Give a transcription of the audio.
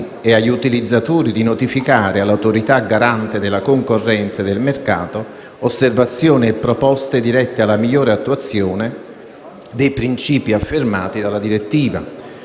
e agli utilizzatori di notificare all'Autorità garante della concorrenza e del mercato osservazioni e proposte dirette alla migliore attuazione dei principi affermati dalla direttiva;